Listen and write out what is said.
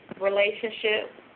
relationship